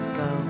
go